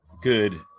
good